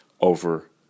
Over